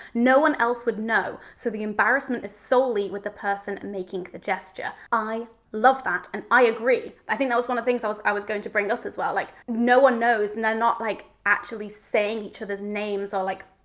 no one else would know. so the embarrassment is solely with the person making the gesture. i love that, and i agree. i think that was one of the things i was going to bring up as well, like, no one knows not like actually saying each other's names or like,